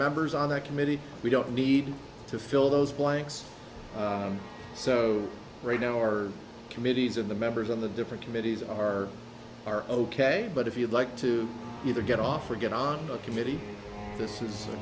members on that committee we don't need to fill those blanks so right now our committees of the members on the different committees are are ok but if you'd like to either get off or get on the committee this is a